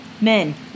Men